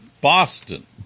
Boston